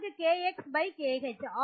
logKXKH